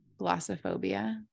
glossophobia